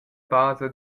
basa